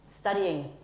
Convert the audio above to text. studying